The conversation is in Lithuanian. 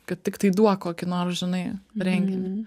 kad tiktai duok kokį nors žinai renginį